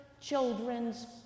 children's